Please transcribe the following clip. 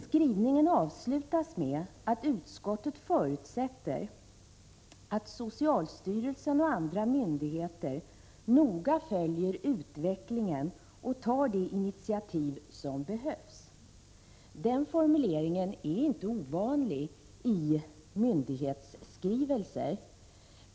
Skrivningen avslutas med att utskottet förutsätter att socialstyrelsen och andra myndigheter noga följer utvecklingen och tar de initiativ som behövs. Den formuleringen är inte ovanlig i myndighetsskrivelser.